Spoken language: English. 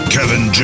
Kevin